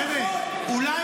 חבר'ה.